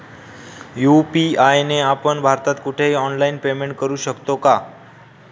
UPI ने आपण भारतात कुठेही ऑनलाईन पेमेंट करु शकतो का?